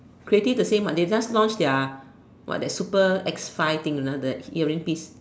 creative the same what they just launch their what their super X five thing you know the earring piece